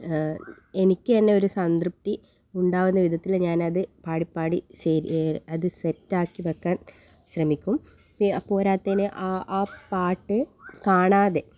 എനിക്ക് തന്നെ ഒരു സംതൃപ്തി ഉണ്ടാവുന്ന വിധത്തിൽ ഞാൻ അത് പാടി പാടി ശരി അത് സെറ്റ് ആക്കി വയ്ക്കാൻ ശ്രമിക്കും പോരാത്തതിന് അ ആ പാട്ട് കാണാതെ